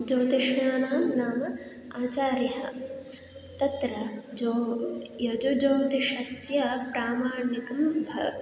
ज्योतिषाणां नाम आचार्यः तत्र ज्यो यजुज्योतिषस्य प्रामाणिकं भा